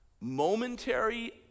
momentary